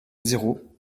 zéro